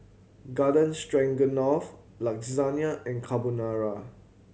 Garden Stroganoff Lasagna and Carbonara